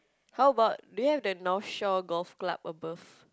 how about do you have the North Shore Golf Club above